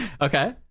Okay